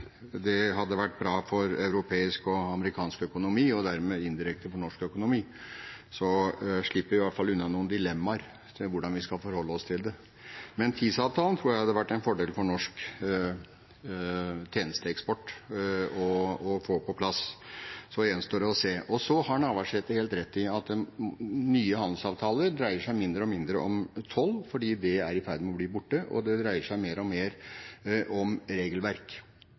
det hadde vært bra for europeisk og amerikansk økonomi, og dermed indirekte for norsk økonomi, slipper vi i hvert fall unna noen dilemmaer ved hvordan vi skal forholde oss til det. Men TiSA-avtalen tror jeg hadde vært en fordel for norsk tjenesteeksport å få på plass. Så gjenstår det å se. Så har Navarsete helt rett i at nye handelsavtaler dreier seg mindre og mindre om toll, fordi det er i ferd med å bli borte, og det dreier seg mer og mer om regelverk.